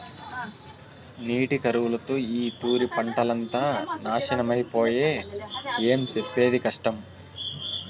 నీటి కరువుతో ఈ తూరి పంటంతా నాశనమై పాయె, ఏం సెప్పేది కష్టం